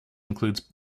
includes